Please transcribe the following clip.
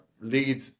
lead